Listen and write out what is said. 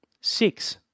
six